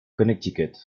connecticut